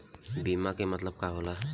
बीमा के मतलब का होला?